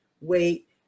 weight